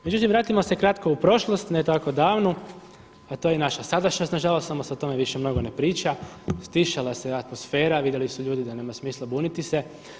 Međutim vratimo se kratko u prošlost, ne tako davnu, a to je naša sadašnjost, nažalost samo se o tome više ne mnogo ne priča, stišala se atmosfera, vidjeli su ljudi da nema smisla buniti se.